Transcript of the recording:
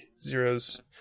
Zeros